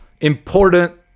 important